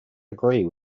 agree